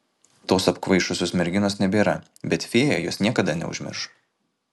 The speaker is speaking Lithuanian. tos apkvaišusios merginos nebėra bet fėja jos niekada neužmirš